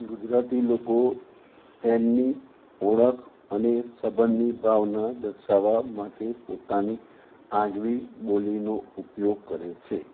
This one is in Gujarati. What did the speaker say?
ગુજરાતી લોકો તેમની ઓળખ અને સંબંધની ભાવના દર્શાવવા માટે પોતાની આગવી બોલીનો ઉપયોગ કરે છે